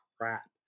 crap